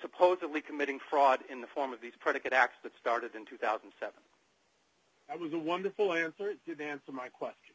supposedly committing fraud in the form of these predicate acts that started in two thousand and seven i was a wonderful answer it did answer my question